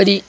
ഒര്